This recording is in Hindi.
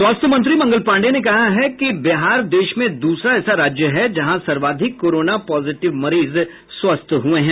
स्वास्थ्य मंत्री मंडल पांडेय ने कहा है कि बिहार देश में दूसरा ऐसा राज्य है जहां सर्वाधिक कोरोना पॉजिटिव मरीज स्वस्थ हुए हैं